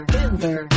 Denver